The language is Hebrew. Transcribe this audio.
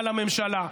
על הממשלה.